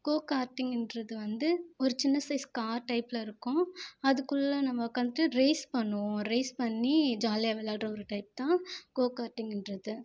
கோ கார்ட்டிங்ன்றது வந்து ஒரு சின்ன சைஸ் கார் டைப்பில் இருக்கும் அதுக்குள்ளே நம்ம உட்காந்துட்டு ரேஸ் பண்ணுவோம் ரேஸ் பண்ணி ஜாலியாக விளாடுற ஒரு டைப் தான் கோ கார்ட்டிங்குன்றது